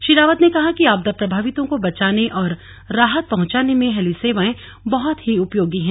श्री रावत ने कहा कि आपदा प्रभावितों को बचाने और राहत पहुंचाने में हेली सेवाएं बहत ही उपयोगी हैं